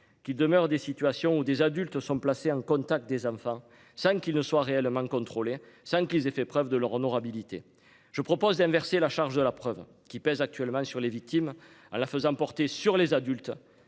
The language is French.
qu'il demeure des situations où des adultes sont placés en contact des enfants sans qu'il ne soit réellement contrôlés sans qu'ils aient fait preuve de leur honorabilité. Je propose d'inverser la charge de la preuve qui pèsent actuellement sur les victimes. Ah la faisant porter sur les adultes.